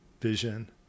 vision